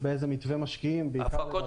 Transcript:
באיזה מתווה משקיעים, בעיקר תחום הקולנוע.